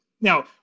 Now